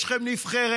יש לכם נבחרת,